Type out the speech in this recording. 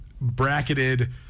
bracketed